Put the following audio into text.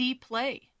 play